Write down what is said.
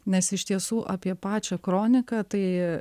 nes iš tiesų apie pačią kroniką tai